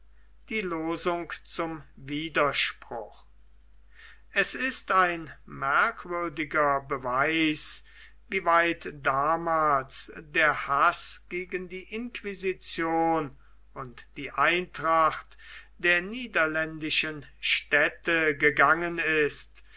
die losung zum widerspruch es ist ein merkwürdiger beweis wie weit damals der haß gegen die inquisition und die eintracht der niederländischen städte gegangen ist